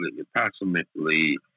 approximately